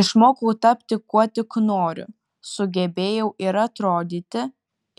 išmokau tapti kuo tik noriu sugebėjau ir atrodyti